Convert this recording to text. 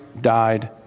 died